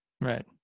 Right